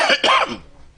אתה מוכן.